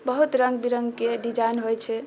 बहुत रङ्गबिरङ्गके डिजाइन होइ छै